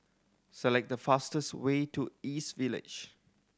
select the fastest way to East Village